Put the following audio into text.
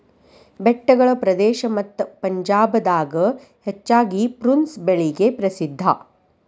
ಬೆಟ್ಟಗಳ ಪ್ರದೇಶ ಮತ್ತ ಪಂಜಾಬ್ ದಾಗ ಹೆಚ್ಚಾಗಿ ಪ್ರುನ್ಸ್ ಬೆಳಿಗೆ ಪ್ರಸಿದ್ಧಾ